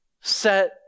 set